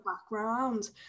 background